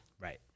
Right